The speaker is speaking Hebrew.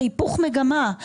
זה היפוך מגמה.